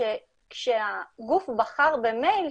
לכן ההצמדה לדואר אלקטרוני היא נכונה.